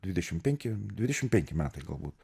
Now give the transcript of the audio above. dvdiešimt penki dvidešim penki metai galbūt